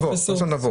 באיזה הקשר?